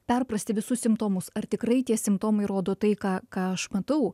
perprasti visus simptomus ar tikrai tie simptomai rodo tai ką ką aš matau